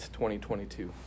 2022